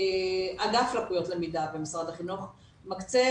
אגף לקויות למידה במשרד החינוך נותן מקצה